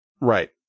Right